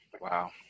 wow